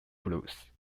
blues